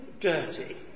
dirty